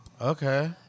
Okay